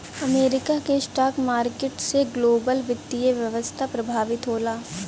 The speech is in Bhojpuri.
अमेरिका के स्टॉक मार्किट से ग्लोबल वित्तीय व्यवस्था प्रभावित होला